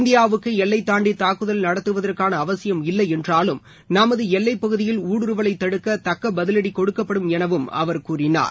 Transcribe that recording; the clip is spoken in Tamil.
இந்தியாவுக்கு எல்லை தாண்டி தாக்குதல் நடத்துவதற்கான அவசியம் இல்லை என்றாலும் நமது எல்லைப் பகுதியில் ஊடுருவலை தடுக்க தக்க பதிவடி கொடுக்கப்படும் என கூறினார்